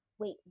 wait